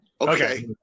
Okay